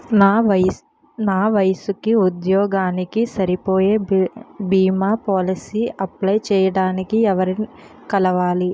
నా వయసుకి, ఉద్యోగానికి సరిపోయే భీమా పోలసీ అప్లయ్ చేయటానికి ఎవరిని కలవాలి?